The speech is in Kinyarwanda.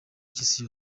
cy’isi